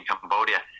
Cambodia